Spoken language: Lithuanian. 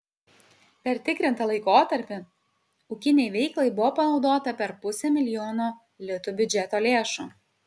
per tikrintą laikotarpį ūkinei veiklai buvo panaudota per pusę milijono litų biudžeto lėšų